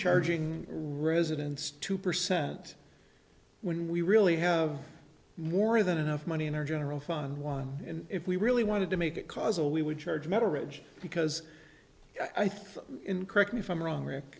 charging residence two percent when we really have more than enough money in our general fund while and if we really wanted to make it causal we would charge marriage because i think in correct me if i'm wrong rick